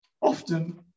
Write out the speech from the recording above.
often